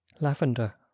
lavender